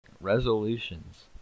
Resolutions